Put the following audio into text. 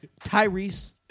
Tyrese